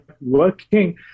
working